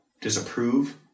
disapprove